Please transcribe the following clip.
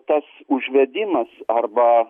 tas užvedimas arba